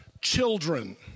children